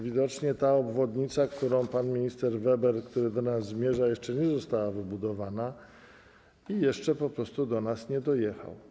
Widocznie ta obwodnica, którą pan minister Weber do nas zmierza, jeszcze nie została wybudowana i jeszcze po prostu do nas nie dojechał.